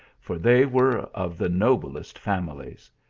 for they were of the noblest families.